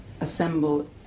assemble